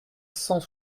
cent